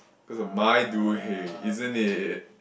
cause of my doing isn't it